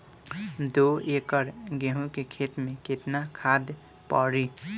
दो एकड़ गेहूँ के खेत मे केतना खाद पड़ी?